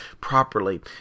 properly